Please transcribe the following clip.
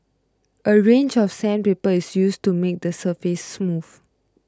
a range of sandpaper is used to make the surface smooth